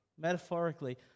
metaphorically